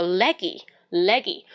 leggy,leggy